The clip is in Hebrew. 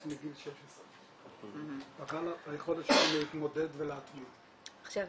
מגיל 16. --- היכולת להתמודד ול- -- ברשותכם.